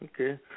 Okay